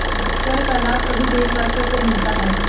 कर का लाभ सभी देशवासियों को मिलता है